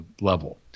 level